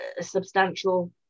substantial